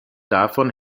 davon